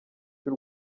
cy’u